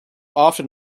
often